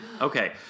Okay